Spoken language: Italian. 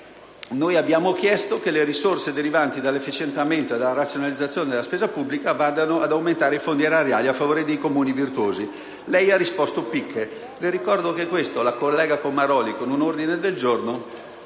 Abbiamo chiesto che le risorse derivanti dall'efficientamento e dalla razionalizzazione della spesa pubblica vadano ad aumentare i fondi erariali a favore dei Comuni virtuosi. Lei ha risposto picche. Le ricordo che la collega Comaroli si è fatta approvare